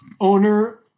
owner